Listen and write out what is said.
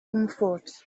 comfort